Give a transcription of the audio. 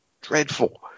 dreadful